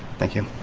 thank you.